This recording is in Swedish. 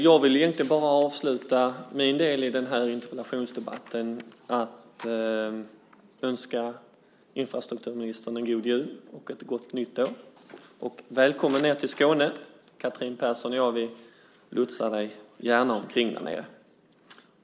Fru talman! Jag vill avsluta min del i interpellationsdebatten med att önska infrastrukturministern en god jul och ett gott nytt år. Välkommen ned till Skåne! Catherine Persson och jag lotsar gärna omkring dig därnere.